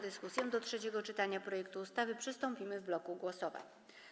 Do trzeciego czytania projektu ustawy przystąpimy w bloku głosowań.